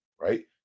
Right